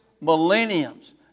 millenniums